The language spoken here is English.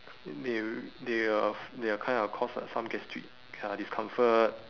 they w~ they will they will kind of cause like some gastric uh discomfort